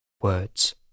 words